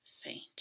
faint